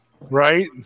right